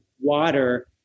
water